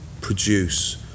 produce